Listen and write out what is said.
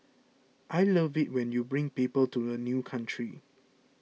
I love it when you bring people to a new country